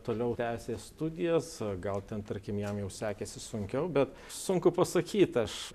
toliau tęsė studijas gal ten tarkim jam jau sekėsi sunkiau bet sunku pasakyti aš